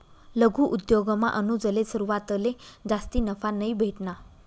लघु उद्योगमा अनुजले सुरवातले जास्ती नफा नयी भेटना